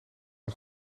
een